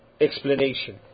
explanation